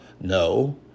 No